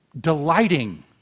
delighting